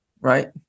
Right